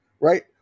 right